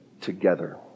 together